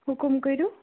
حُکم کٔرِو